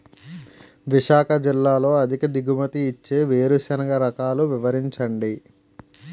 విశాఖ జిల్లాలో అధిక దిగుమతి ఇచ్చే వేరుసెనగ రకాలు వివరించండి?